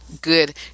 good